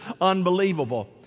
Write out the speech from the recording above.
unbelievable